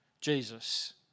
Jesus